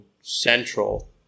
central